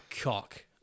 cock